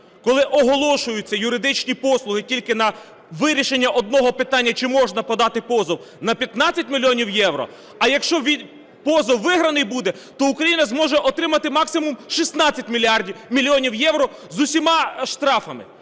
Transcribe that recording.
Коли оголошуються юридичні послуги тільки на вирішення одного питання, чи можна подати позов на 15 мільйонів євро, а якщо позов виграний буде, то Україна зможе отримати, максимум, 16 мільйонів євро з усіма штрафами.